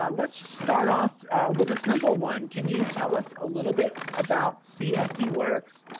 yeah let's start off with a simple one. can you tell us a little bit about csd works?